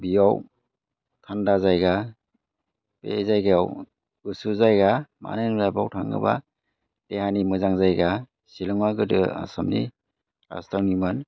बेयाव थान्दा जायगा बे जायगायाव गुसु जायगा मानो होनोब्ला बेयाव थाङोबा बे आंनि मोजां जायगा सिलङा गोदो आसामनि राजधानिमोन